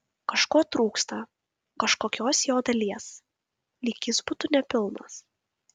kažko trūksta kažkokios jo dalies lyg jis būtų nepilnas